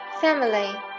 family